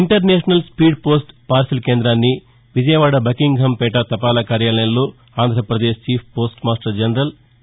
international speed post parcel కేంద్రాన్ని Vijayawada Buckinghampet తపాలా కార్యాలయంలో Andhra Pradesh chief postmaster general K